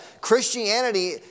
Christianity